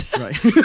Right